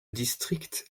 district